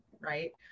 right